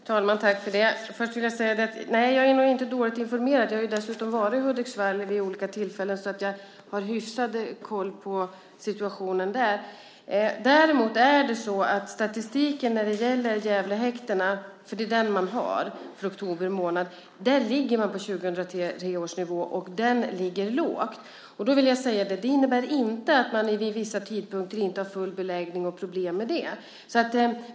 Herr talman! Först vill jag säga att jag nog inte är dåligt informerad. Jag har ju dessutom varit i Hudiksvall vid olika tillfällen, så jag har hyfsad koll på situationen där. Däremot är det så att i statistiken när det gäller Gävlehäktena - för det är den man har för oktober månad - ligger man på 2003 års nivå. Och den är låg. Det innebär inte att man vid vissa tidpunkter inte har full beläggning och problem med det.